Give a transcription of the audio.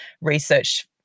research